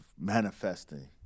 manifesting